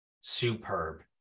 superb